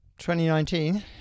2019